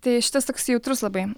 tai šitas toks jautrus labai